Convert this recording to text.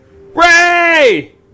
Ray